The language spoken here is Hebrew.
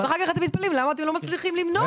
ואחר כך אתם מתפלאים למה אתם לא מצליחים למנוע.